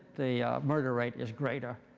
the murder rate is greater,